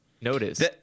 notice